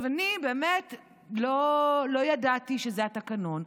אני באמת לא ידעתי שזה התקנון.